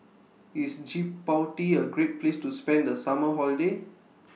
IS Djibouti A Great Place to spend The Summer Holiday